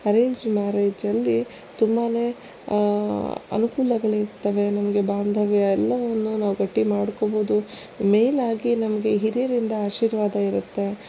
arranged ಮ್ಯಾರೇಜಲ್ಲಿ ತುಂಬಾ ಅನುಕೂಲಗಳು ಇರ್ತವೆ ನಮಗೆ ಬಾಂಧವ್ಯಯೆಲ್ಲವನ್ನು ನಾವು ಗಟ್ಟಿ ಮಾಡಿಕೋಬೋದು ಮೇಲಾಗಿ ನಮಗೆ ಹಿರಿಯರಿಂದ ಆಶೀರ್ವಾದ ಇರುತ್ತೆ